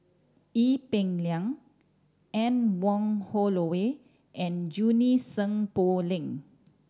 Ee Peng Liang Anne Wong Holloway and Junie Sng Poh Leng